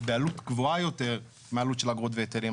בעלות גבוהה יותר מעלות של אגרות והיטלים.